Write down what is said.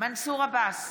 מנסור עבאס,